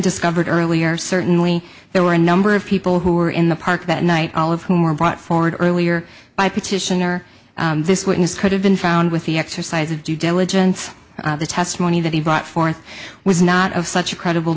discovered earlier certainly there were a number of people who were in the park that night all of whom were brought forward earlier by petitioner this witness could have been found with the exercise of due diligence the testimony that he brought forth was not of such a credible